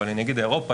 אבל כשאני אגיד אירופה,